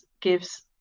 gives